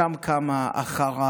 שם קמה "אחריי!",